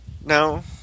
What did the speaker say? No